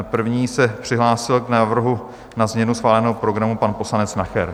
První se přihlásil k návrhu na změnu schváleného programu pan poslanec Nacher.